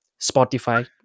Spotify